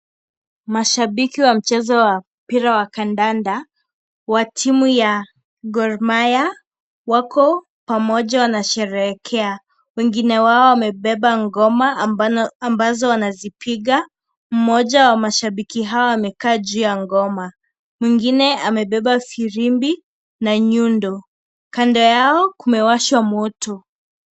Mashabiki wa mchezo wa mpira wa kandanda wa timu ya Gor Mahia wako pamoja wanasherehekea. Wengine wao wamebeba ngoma ambazo wanazipiga, mmoja wa mashabiki hao amekaa juu ya ngoma. Mwingine amebeba firimbi na nyundo. Kando yao kumewashwa moto.